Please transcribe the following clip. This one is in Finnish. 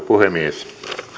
puhemies